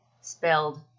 spelled